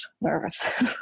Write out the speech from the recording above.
nervous